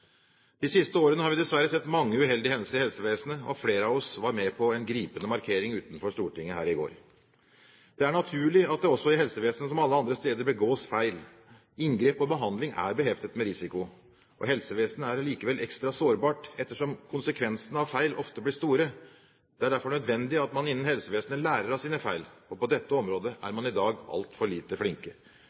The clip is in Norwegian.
De siste årene har vi dessverre sett mange uheldige hendelser i helsevesenet. Flere av oss var med på en gripende markering utenfor Stortinget i går. Det er naturlig at det også i helsevesenet, som alle andre steder, begås feil. Inngrep og behandling er beheftet med risiko, og helsevesenet er ekstra sårbart ettersom konsekvensene av feil ofte blir store. Det er derfor nødvendig at man innen helsevesenet lærer av sine feil, og på dette området er man i dag altfor lite flinke.